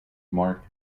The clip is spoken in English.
mark